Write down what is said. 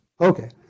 Okay